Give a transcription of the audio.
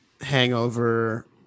hangover